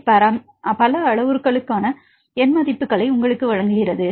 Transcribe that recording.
B பரம் பல அளவுருக்களுக்கான எண் மதிப்புகளை உங்களுக்கு வழங்குகிறது